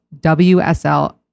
WSL